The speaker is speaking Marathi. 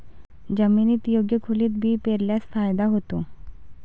जमिनीत योग्य खोलीत बी पेरल्यास फायदा होतो